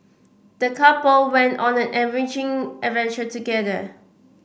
the couple went on an enriching adventure together